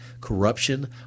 corruption